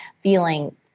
feeling